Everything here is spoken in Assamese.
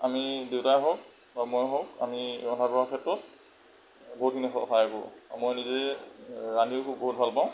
আমি দেউতাই হওক বা মই হওঁ আমি ৰন্ধা বঢ়াৰ ক্ষেত্ৰত বহুতখিনি সহায় কৰোঁ আৰু মই নিজেই ৰান্ধিও খুব বহুত ভাল পাওঁ